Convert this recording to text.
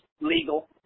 legal